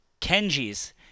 Kenji's